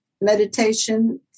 meditation